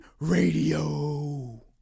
Radio